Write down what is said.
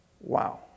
Wow